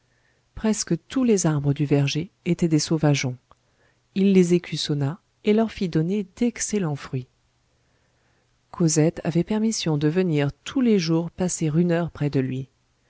presque tous les arbres du verger étaient des sauvageons il les écussonna et leur fit donner d'excellents fruits cosette avait permission de venir tous les jours passer une heure près de lui